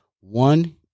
one